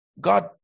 God